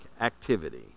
activity